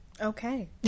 Okay